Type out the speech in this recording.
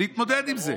להתמודד עם זה?